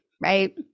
right